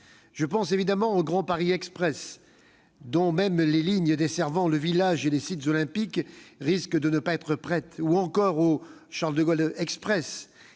à l'esprit le Grand Paris Express, dont même les lignes desservant le village et les sites olympiques risquent de ne pas être prêtes, ou encore le Charles-de-Gaulle Express.